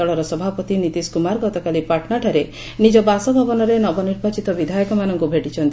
ଦଳର ସଭାପତି ନିତିଶ କୁମାର ଗତକାଳି ପାଟନାଠାରେ ନିଜ ବାସଭବନରେ ନବନିର୍ବାଚିତ ବିଧାୟକମାନଙ୍କୁ ଭେଟିଛନ୍ତି